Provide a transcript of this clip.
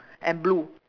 and blue